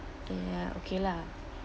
ya okay lah